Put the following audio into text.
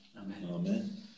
Amen